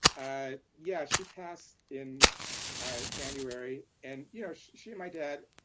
ah yeah, she passed in january. and you know, she and my dad,